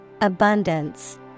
Abundance